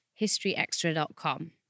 historyextra.com